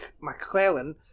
McClellan